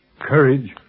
Courage